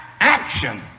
action